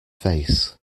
face